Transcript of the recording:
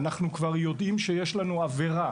אנחנו כבר יודעים שיש לנו עבירה.